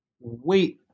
wait